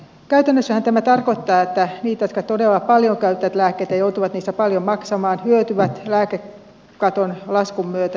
käytännössähän tämä tarkoittaa että ne jotka todella paljon käyttävät lääkkeitä ja joutuvat niistä paljon maksamaan hyötyvät lääkekaton laskun myötä